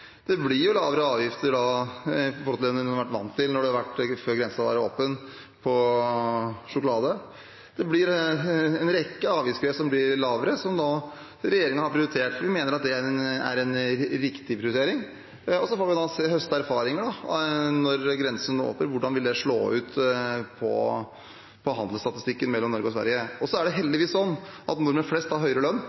Det blir lavere avgifter på sjokolade i forhold til det man har vært vant til, da grensa var åpen. Det er en rekke avgifter som blir lavere, og som regjeringen nå har prioritert. Vi mener det er en riktig prioritering, og så får vi høste erfaringer når grensa nå er åpnet, hvordan det vil slå ut på handelsstatistikken mellom Norge og Sverige. Så er det heldigvis sånn at nordmenn flest har høyere lønn.